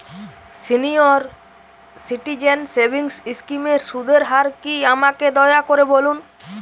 senior citizen savings স্কিমের সুদের হার কী আমাকে দয়া করে বলুন